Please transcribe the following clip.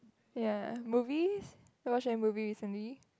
ya movies have you watched a movie recently